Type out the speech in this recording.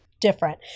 different